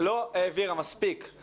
על פי נתוני בנק ישראל לא על פי נתוני